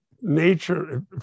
nature